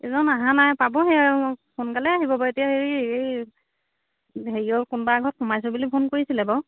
এইজন অহা নাই পাবহি আৰু সোনকালে আহিব বাৰু এতিয়া হেৰি এই হেৰিয়ৰ কোনোবা এঘৰত সোমািছিলোঁ বুলি ফোন কৰিছিলে বাৰু